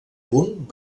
punt